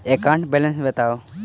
account balance बताउ